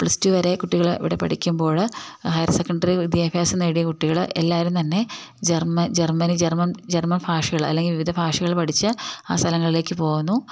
plus two വരെ കുട്ടികള് ഇവിടെ പഠിക്കുമ്പോള് ഹയർ സെക്കൻണ്ടറി വിദ്യാഭ്യാസം നേടിയ കുട്ടികള് എല്ലാവരും തന്നെ ജർമ്മൻ ഭാഷകള് അല്ലെങ്കില് വിവിധ ഭാഷകള് പഠിച്ച് ആ സ്ഥലങ്ങളിലേക്ക് പോകുന്നു